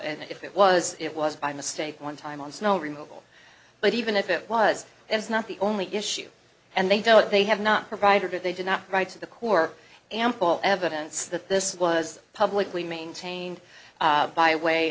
and if it was it was by mistake one time on snow removal but even if it was it's not the only issue and they don't they have not provided they did not write to the corps ample evidence that this was publicly maintained by way